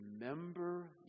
remember